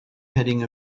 heading